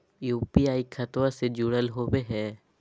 UPI खतबा से जुरल होवे हय?